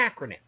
acronym